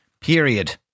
period